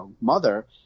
mother